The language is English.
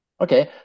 Okay